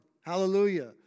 Hallelujah